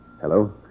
Hello